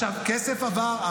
עכשיו, כסף עבר?